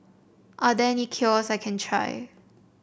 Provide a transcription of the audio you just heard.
are there any cure I can try